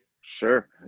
Sure